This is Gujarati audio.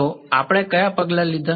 તો આપણે કયા પગલાં લીધા